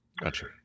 gotcha